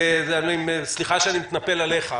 סליחה שאני מתנפל עליך,